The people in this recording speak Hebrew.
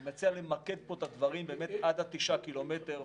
אני מציע למקד פה את הדברים באמת עד התשעה קילומטר,